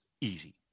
easy